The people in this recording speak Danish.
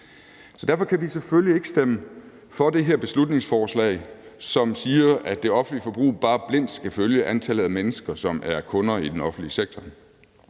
derfor kan vi selvfølgelig ikke stemme for det her lovforslag, som siger, at det offentlige forbrug bare blindt skal følge antallet af mennesker, som er kunder i den offentlige sektor.